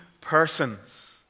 persons